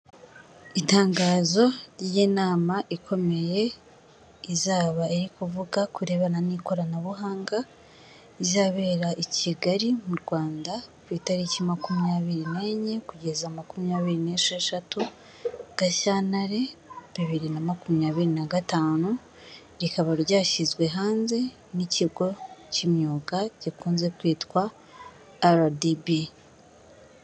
Itangazo ry'inama ikomeye izaba iri kuvuga kubirebana n'ikoranabuhanga; izabera i Kigali mu Rwanda ku itariki makumyabiri n'enye kugeza makumyabiri n'esheshatu gashyantare bibiri na makumyabiri na gatanu, rikaba ryashyizwe hanze n'ikigo cy'imyuga gikunze kwitwa RDB.